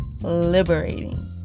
liberating